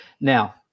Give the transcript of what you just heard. Now